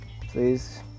please